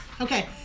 okay